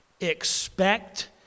Expect